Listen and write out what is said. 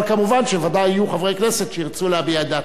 אבל מובן שוודאי יהיו חברי כנסת שירצו להביע את דעתם.